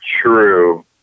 true